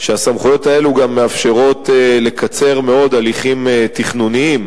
שהסמכויות האלה גם מאפשרות לקצר מאוד הליכים תכנוניים,